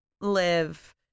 live